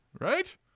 Right